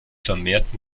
vermehrt